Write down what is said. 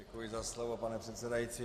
Děkuji za slovo, pane předsedající.